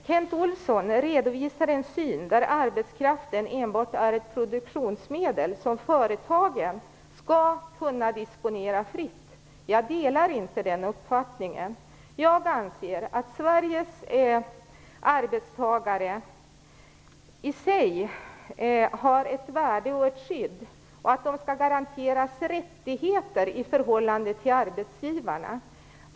Kent Olsson företräder en syn där arbetskraften enbart är ett produktionsmedel som företagen skall kunna disponera fritt. Jag delar inte den uppfattningen. Jag anser att Sveriges arbetstagare har ett värde i sig och rätt till ett skydd. De skall garanteras rättigheter i förhållande till arbetsgivarna.